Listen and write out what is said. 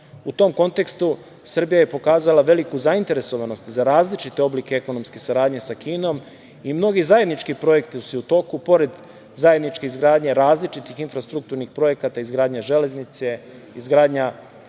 U tom kontekstu, Srbija je pokazala veliku zainteresovanost za različite oblike ekonomske saradnje sa Kinom i mnogi zajednički projekti su u toku, pored zajedničke izgradnje različitih infrastrukturnih projekata izgradnje železnice, izgradnja